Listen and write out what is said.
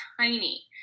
tiny